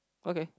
okay